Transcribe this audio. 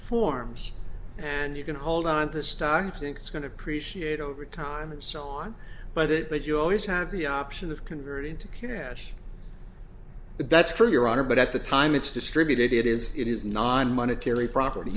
forms and you can hold on the stock you think it's going to appreciate over time and so on but it but you always have the option of converting to cash that's true your honor but at the time it's distributed it is it is non monetary property